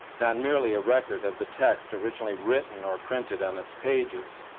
not merely a record of the text originally written or printed on its pages.